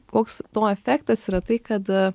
koks to efektas yra tai kad